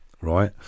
right